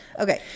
Okay